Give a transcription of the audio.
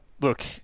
Look